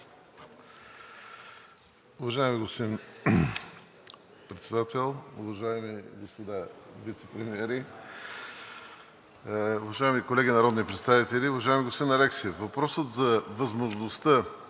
въпросът за възможността